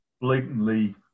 blatantly